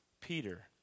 Peter